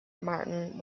martin